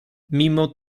mimo